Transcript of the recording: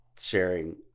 sharing